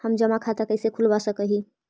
हम जमा खाता कैसे खुलवा सक ही?